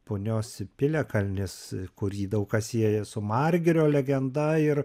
punios piliakalnis kurį daug kas sieja su margirio legenda ir